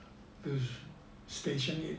those station it